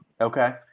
Okay